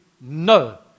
no